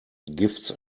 gifts